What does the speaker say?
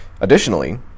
Additionally